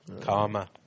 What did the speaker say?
Karma